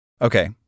Okay